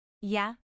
Yeah